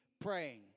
praying